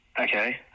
okay